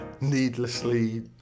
needlessly